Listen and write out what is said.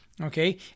okay